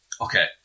okay